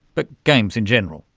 but games in general.